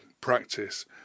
practice